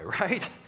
right